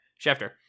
Schefter